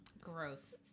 Gross